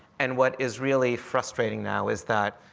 and what is really frustrating now is that